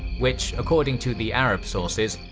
which, according to the arab sources,